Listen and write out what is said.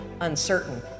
uncertain